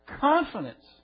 confidence